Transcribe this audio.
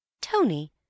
Tony